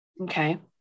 Okay